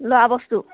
ল'ৰা বস্তু